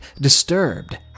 disturbed